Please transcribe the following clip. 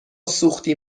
سوختی